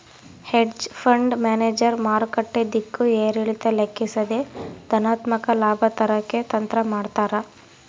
hedge fund manager ಮಾರುಕಟ್ಟೆ ದಿಕ್ಕು ಏರಿಳಿತ ಲೆಕ್ಕಿಸದೆ ಧನಾತ್ಮಕ ಲಾಭ ತರಕ್ಕೆ ತಂತ್ರ ಮಾಡ್ತಾರ